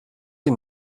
den